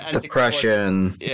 Depression